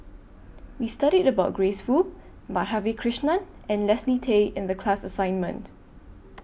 We studied about Grace Fu Madhavi Krishnan and Leslie Tay in The class assignment